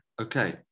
Okay